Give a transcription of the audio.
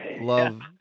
love